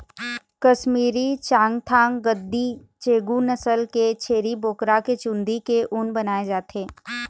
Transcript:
कस्मीरी, चाँगथाँग, गद्दी, चेगू नसल के छेरी बोकरा के चूंदी के ऊन बनाए जाथे